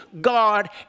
God